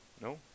No